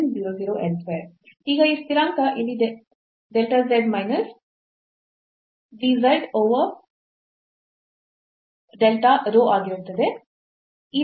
ಈಗ ಈ ಸ್ಥಿರಾಂಕ ಇಲ್ಲಿ delta z minus d z over delta rho ಆಗಿರುತ್ತದೆ